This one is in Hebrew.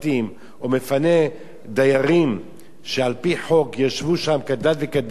או מפנה דיירים שעל-פי חוק ישבו שם כדת וכדין,